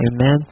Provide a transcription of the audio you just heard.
Amen